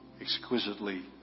exquisitely